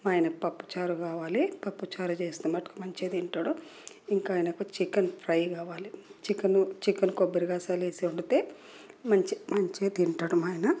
మా ఆయనకు పప్పుచారు కావాలి పప్పు చారు చేస్తే మటుకు మంచిగా తింటాడు ఇంకా ఆయనకు చికెన్ ఫ్రై కావాలి చికెన్ చికెన్ కొబ్బరి గసాలు వేసి వండితే మంచి మంచిగా తింటాడు మా ఆయన